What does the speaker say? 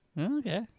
Okay